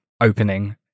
opening